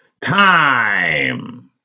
time